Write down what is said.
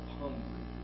hungry